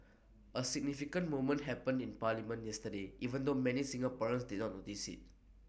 A significant moment happened in parliament yesterday even though many Singaporeans did not notice IT